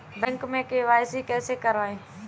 Bank में KYC कैसे करायें?